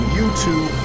YouTube